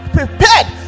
prepared